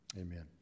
Amen